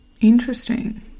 Interesting